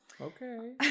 okay